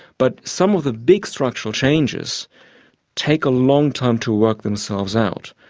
but some of the big structural changes take a long time to work themselves out.